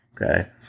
Okay